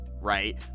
right